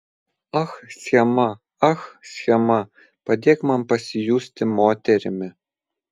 ach schema ach schema padėk man pasijusti moterimi